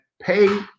Pay